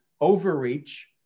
overreach